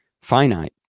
finite